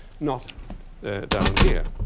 not down here.